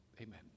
amen